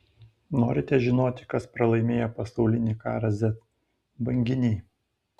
norite žinoti kas pralaimėjo pasaulinį karą z banginiai